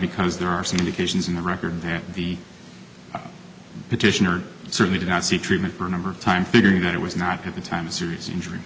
because there are some indications in the record that the petitioner certainly did not seek treatment for a number of time figuring that it was not at the time serious injury